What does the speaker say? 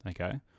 Okay